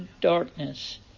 darkness